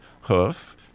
hoof